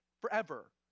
Forever